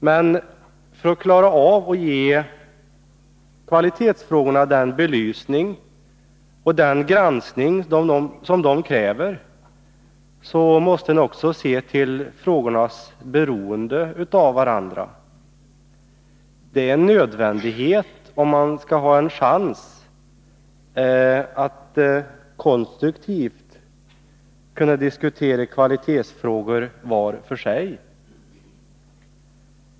Men för att klara av att ge kvalitetsfrågorna den belysning och granskning som de kräver måste man också se till frågornas beroende av varandra. Det är en nödvändighet, om man skall ha en chans att konstruktivt kunna diskutera kvalitetsfrågor var för sig.